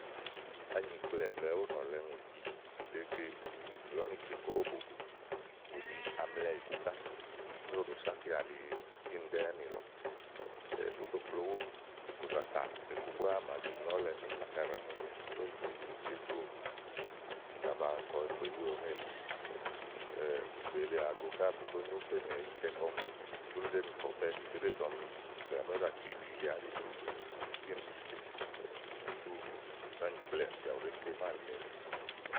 ányikplɛ̀ɛ blɛ̀ɛ ɔ̀lɛ̀ ŋòti ɖèé ke blɛ̀ɛ úni kè kɔówò bògò. ù ɖì amlɛ íku ká ówò ɖòo so ákià li kíni ɖɛ́ɛ́ nìlɔ ú tò fòówuówòò ù za tàa iku búá màa zì nyo ɔ̀lɛ̀ úni náka ɖàá mu ni è nè zi mi kè blùówòò, kà ba kɔ ekpeliówo nélèe ìgbè le waa go bù zó nyo úfènè ítɛ kɔmò bùni zé nì kè ɔfɛ́ ìí ɖezè ɔmi bìà bázà tu ìbì lià áɖi sú kíni cizèe ɔú káyí kɔ ányikplɛ̀ɛ bìà bù ɖèé ke máàni nènù.